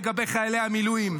לגבי חיילי המילואים.